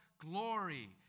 glory